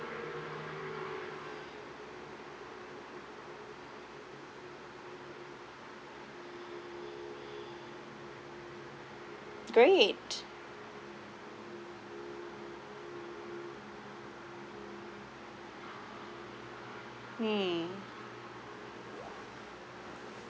great mm